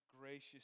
gracious